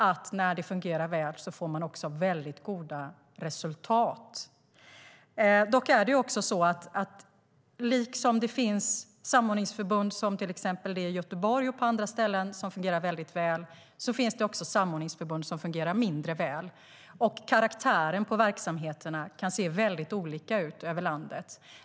När det fungerar väl får man väldigt goda resultat. Likaväl som det finns samordningsförbund som fungerar bra, som till exempel det i Göteborg och på andra ställen, finns det samordningsförbund som fungerar mindre bra. Karaktären på verksamheterna kan också se olika ut över landet.